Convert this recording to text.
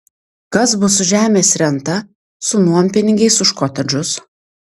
kas bus su žemės renta su nuompinigiais už kotedžus